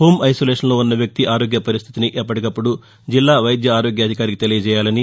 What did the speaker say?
home ఐసోలేషన్లో ఉన్న వ్యక్తి ఆరోగ్య పరిస్దితిని ఎప్పటికప్పుడు జిల్లా వైద్య ఆరోగ్య అధికారికి తెలియజేయాలని